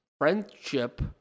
friendship